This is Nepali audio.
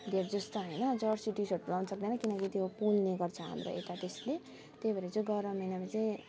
धेर जस्तो होइन जर्सी टी सर्ट लगाउनु सक्दैन किनकि त्यो पोल्ने गर्छ हाम्रो यता त्यसले त्यही भएर चाहिँ गरम महिनामा चाहिँ